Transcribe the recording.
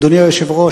אדוני היושב-ראש,